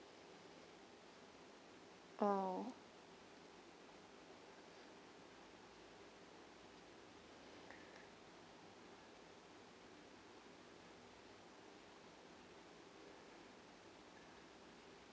oh